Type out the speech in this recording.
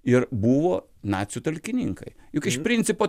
ir buvo nacių talkininkai juk iš principo